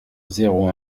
zéro